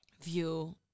view